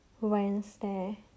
Wednesday